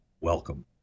Welcome